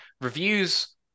Reviews